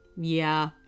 Yeah